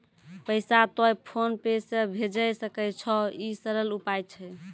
पैसा तोय PhonePe से भैजै सकै छौ? ई सरल उपाय छै?